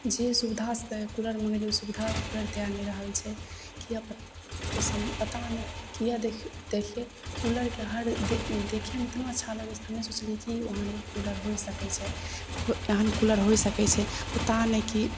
जे सुविधासँ कूलर मँगेलियै उ सुविधा कूलर दए नहि रहल छै किए ओइसँ पता नहि किए देखियै कूलरके हर देखेमे इतना अच्छा लगय छै हम नहि सोचलियै कि ओहन कूलर होइ सकय छै एहन कूलर होइ सकय छै पता नहि कि